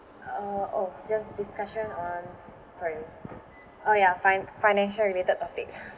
uh oh just discussion on sorry oh ya fi~ financial related topics